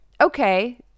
Okay